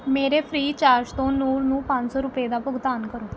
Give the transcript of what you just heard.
ਮੇਰੇ Freecharge ਤੋਂ ਨੂਰ ਨੂੰ ਪੰਜ ਸੌ ਰੁਪਏ ਦਾ ਭੁਗਤਾਨ ਕਰੋ